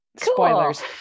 spoilers